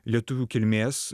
lietuvių kilmės